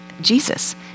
Jesus